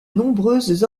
nombreuses